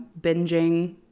binging